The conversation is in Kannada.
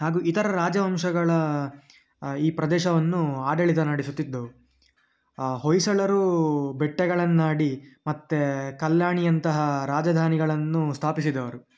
ಹಾಗು ಇತರ ರಾಜವಂಶಗಳ ಈ ಪ್ರದೇಶವನ್ನು ಆಡಳಿತ ನಡೆಸುತ್ತಿದ್ದವು ಹೊಯ್ಸಳರು ಬೇಟೆಗಳನ್ನಾಡಿ ಮತ್ತೆ ಕಲ್ಯಾಣಿಯಂತಹ ರಾಜಧಾನಿಗಳನ್ನು ಸ್ಥಾಪಿಸಿದವರು